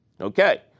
Okay